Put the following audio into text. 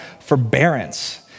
forbearance